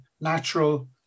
natural